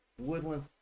Woodland